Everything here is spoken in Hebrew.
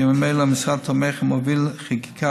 ובימים אלו המשרד תומך ומוביל חקיקה